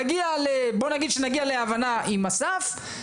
נגיע בואו נגיד שנגיע להבנה עם אסף.